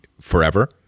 forever